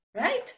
right